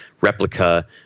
replica